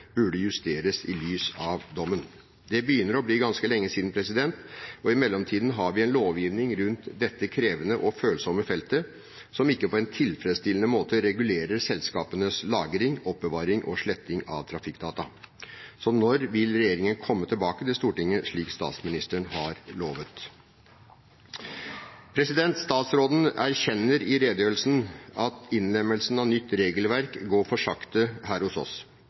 burde justeres i lys av dommen. Det begynner å bli ganske lenge siden, og i mellomtiden har vi en lovgivning rundt dette krevende og følsomme feltet som ikke på en tilfredsstillende måte regulerer selskapenes lagring, oppbevaring og sletting av trafikkdata. Når vil regjeringen komme tilbake til Stortinget, slik statsministeren har lovet? Statsråden erkjenner i redegjørelsen at innlemmelsen av nytt regelverk går for sakte her hos oss.